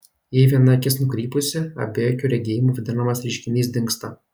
jei viena akis nukrypusi abiakiu regėjimu vadinamas reiškinys dingsta